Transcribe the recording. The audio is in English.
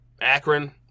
Akron